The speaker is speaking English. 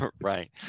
Right